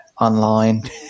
online